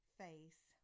face